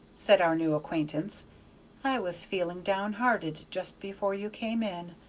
said our new acquaintance i was feeling down-hearted just before you came in.